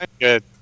Good